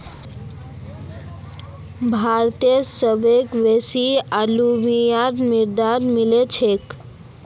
भारतत सबस बेसी अलूवियल मृदा मिल छेक